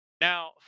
Now